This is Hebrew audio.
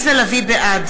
בעד